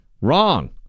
Wrong